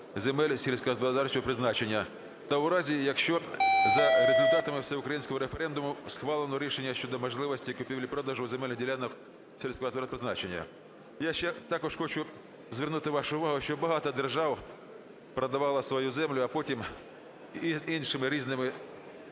земель сільськогосподарського призначення, та у разі, якщо за результатами Всеукраїнського референдуму, схвалено рішення щодо можливості купівлі-продажу земельних ділянок сільськогосподарського призначення". Я ще також хочу звернути вашу увагу, що багато держав продавало свою землю, а потім іншими різними